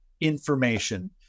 information